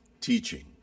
teaching